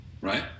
Right